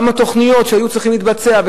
כמה תוכניות שהיו צריכות להתבצע?